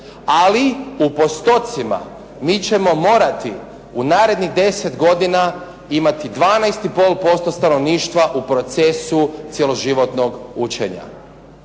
Ali u postocima mi ćemo morati u narednih deset godina imati 12 i pol posto stanovništva u procesu cjeloživotnog učenja.